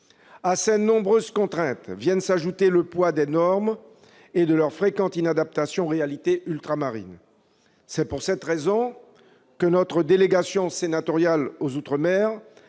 À ces nombreuses contraintes viennent s'ajouter le poids des normes et leur fréquente inadaptation aux réalités ultramarines. C'est pourquoi la délégation sénatoriale aux outre-mer